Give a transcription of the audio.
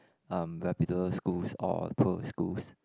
um reputable schools or pro schools